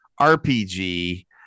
RPG